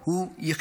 הוא יחיה.